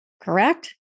correct